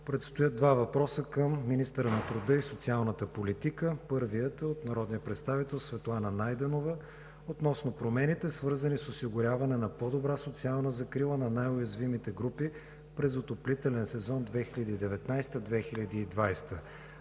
Предстоят два въпроса към министъра на труда и социалната политика. Първият е от народния представител Светлана Ангелова относно промените, свързани с осигуряване на по-добра социална закрила на най-уязвимите групи през отоплителен сезон 2019 – 2020